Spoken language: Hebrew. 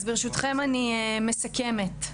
אז ברשותכם, אני מסכמת.